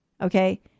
okay